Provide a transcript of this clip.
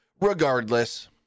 regardless